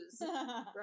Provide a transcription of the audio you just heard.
right